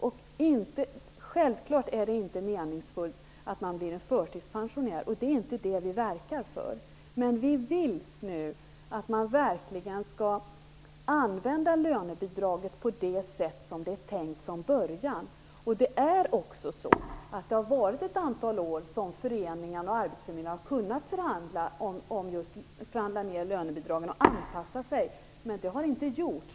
Det är självfallet inte meningsfullt att man blir förtidspensionerad. Det är inte det vi verkar för. Men vi vill nu att man verkligen skall använda lönebidraget på det sätt som det är tänkt från början. Under ett antal år har föreningarna och arbetsförmedlingarna kunnat förhandla ner lönebidragen och anpassa sig, men det har inte gjorts.